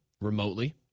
remotely